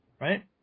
right